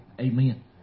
Amen